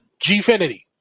Gfinity